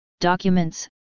documents